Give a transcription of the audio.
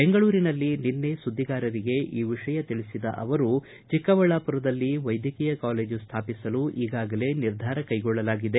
ಬೆಂಗಳೂರಿನಲ್ಲಿ ನಿನ್ನೆ ಸುದ್ದಿಗಾರರಿಗೆ ಈ ವಿಷಯ ತಿಳಿಸಿದ ಅವರು ಚಿಕ್ಕಬಳ್ಳಾಪುರದಲ್ಲಿ ವೈದ್ಯಕೀಯ ಕಾಲೇಜು ಸ್ಥಾಪಿಸಲು ಈಗಾಗಲೇ ನಿರ್ಧಾರ ಕೈಗೊಳ್ಳಲಾಗಿದೆ